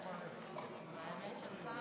אדוני היושב-ראש,